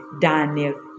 Daniel